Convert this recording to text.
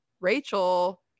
Rachel